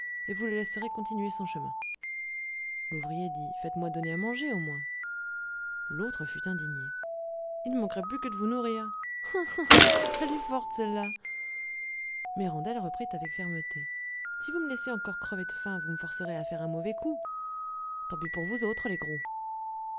et vous le laisserez